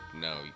No